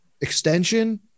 extension